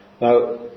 Now